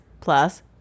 plus